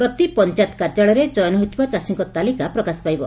ପ୍ରତି ପଞାୟତ କାର୍ଯ୍ୟାଳୟରେ ଚୟନ ହୋଇଥିବା ଚାଷୀଙ୍କ ତାଲିକା ପ୍ରକାଶ ପାଇବ